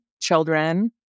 children